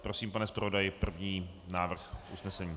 Prosím, pane zpravodaji, první návrh usnesení.